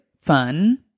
fun